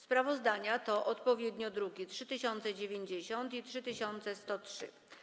Sprawozdania to odpowiednio druki nr 3090 i 3103.